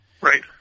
Right